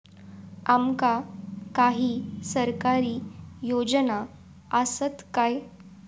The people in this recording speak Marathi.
आमका काही सरकारी योजना आसत काय?